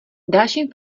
dalším